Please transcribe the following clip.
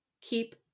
keep